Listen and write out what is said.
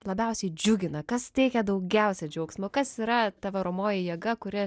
labiausiai džiugina kas teikia daugiausia džiaugsmo kas yra ta varomoji jėga kuri